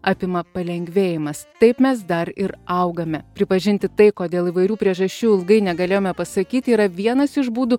apima palengvėjimas taip mes dar ir augame pripažinti tai kodėl įvairių priežasčių ilgai negalėjome pasakyti yra vienas iš būdų